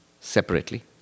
separately